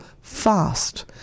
fast